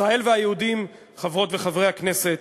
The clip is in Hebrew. ישראל והיהודים, חברות וחברי הכנסת,